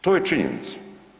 To je činjenica.